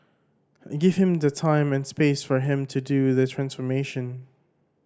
give him the time and space for him to do the transformation